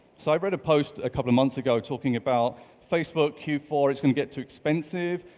so i read a post a couple of months ago talking about facebook q four, it's gonna get too expensive.